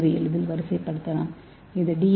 ஏவை எளிதில் வரிசைப்படுத்தலாம் இதுடி